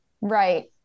Right